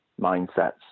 mindsets